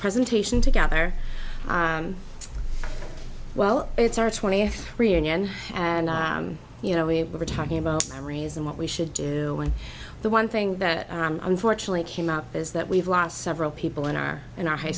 presentation together well it's our twentieth reunion and you know we were talking about the raise and what we should do when the one thing that unfortunately came up is that we've lost several people in our in our high